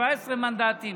17 מנדטים.